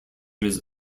his